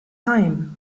heim